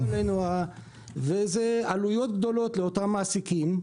זה עלויות גדולות לאותם מעסיקים.